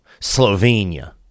Slovenia